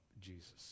Jesus